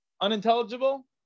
Unintelligible